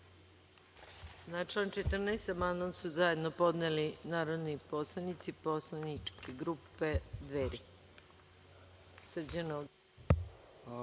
Na član 14. amandman su zajedno podneli narodni poslanici poslaničke grupe Dveri.